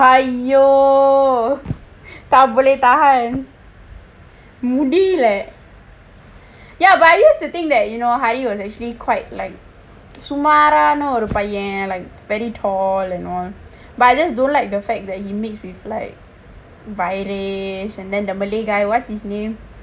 !aiyo! tak boleh tahan முடியல:mudiyala ya but I guess the thing that you know hari was actually quite like சுமாரான பையன்:sumaaraana payan like very tall and all but I just don't like the fact that he mix with like viresh and then the malay guy what's his name